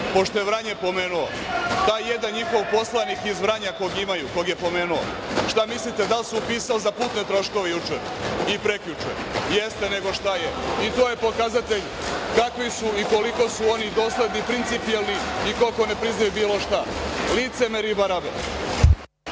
pošto je Vranje pomenuo, taj jedan njihov poslanik iz Vranja kojeg imaju, kog je pomenuo, šta mislite da li se upisao za putne troškove juče i prekjuče? Jeste, nego šta je, i to je pokazatelj kakvi su i koliko su oni dosledni principijelni i koliko ne priznaju bilo šta. Licemeri i barabe.